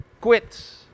quits